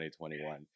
2021